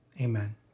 amen